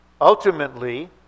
ultimately